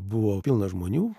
buvo pilna žmonių